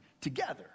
together